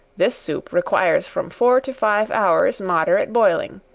this soup requires from four to five hours moderate boiling.